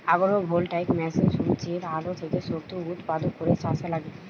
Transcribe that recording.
agro voltaic মেশিনে সূর্যের আলো থেকে শক্তি উৎপাদন করে চাষে লাগে